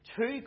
Two